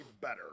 better